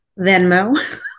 Venmo